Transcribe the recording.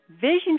Vision